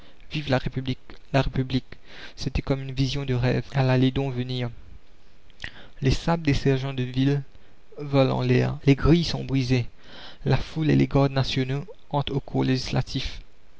vive la république la république c'était comme une vision de rêve elle allait donc venir les sabres des sergents de ville volent en l'air les grilles sont brisées la foule et les gardes nationaux